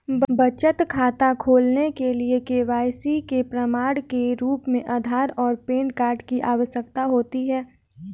बचत खाता खोलने के लिए के.वाई.सी के प्रमाण के रूप में आधार और पैन कार्ड की आवश्यकता होती है